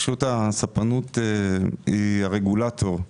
רשות הספנות היא הרגולטור.